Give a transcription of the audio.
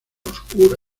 oscura